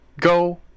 Go